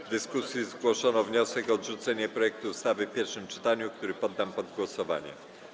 W dyskusji zgłoszono wniosek o odrzucenie projektu ustawy w pierwszym czytaniu, który poddam pod głosowanie.